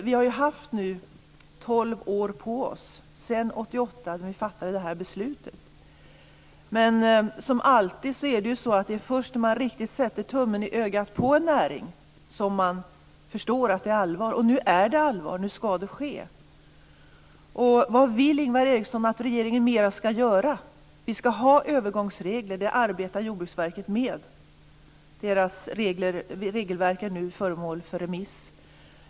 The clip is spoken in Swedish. Vi har sedan 1988, när beslutet fattades, haft tolv år på oss, men som alltid är det först när man riktigt sätter tummen i ögat på en näring som den förstår att det är allvar. Nu är det allvar, och nu ska det ske. Vad mer vill Ingvar Eriksson att regeringen ska göra? Jordbruksverket arbetar med övergångsregler, och regelverket är nu föremål för remiss.